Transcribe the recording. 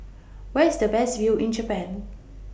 Where IS The Best View in Japan